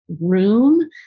room